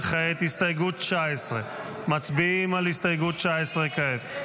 וכעת, הסתייגות 19. מצביעים על הסתייגות 19 כעת.